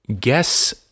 guess